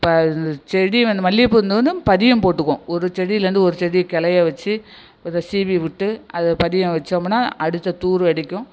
இப்போ இந்த செடி வந் மல்லியப்பூ வந்து பதியம் போட்டுக்குவோம் ஒரு செடிலேந்து ஒரு செடி கிளைய வச்சு அதை சீவி விட்டு அதை பதியம் வச்சோமுன்னா அடுத்த துர் அடிக்கும்